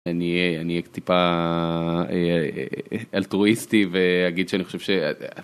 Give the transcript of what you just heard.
אני אהיה טיפה אלטרואיסטי ואגיד שאני חושב ש...